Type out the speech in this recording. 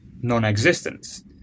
non-existence